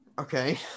Okay